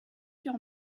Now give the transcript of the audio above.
sur